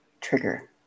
trigger